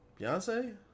Beyonce